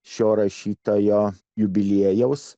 šio rašytojo jubiliejaus